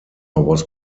was